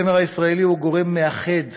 הזמר הישראלי הוא גורם מאחד